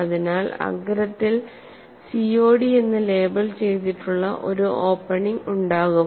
അതിനാൽ അഗ്രത്തിൽ COD എന്ന് ലേബൽ ചെയ്തിട്ടുള്ള ഒരു ഓപ്പണിംഗ് ഉണ്ടാകും